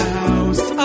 house